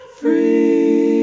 free